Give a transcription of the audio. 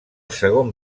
segon